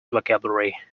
vocabulary